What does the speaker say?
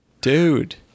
Dude